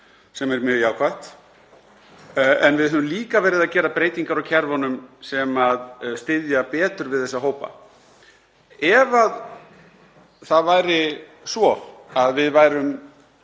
sem er mjög jákvætt, en við höfum líka verið að gera breytingar á kerfunum sem styðja betur við þessa hópa. Ef það væri svo að við værum